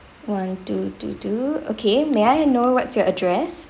one two two two okay may I know what's your address